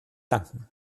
danken